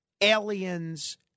aliens